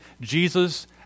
Jesus